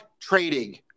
trading